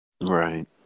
Right